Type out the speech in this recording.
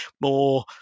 more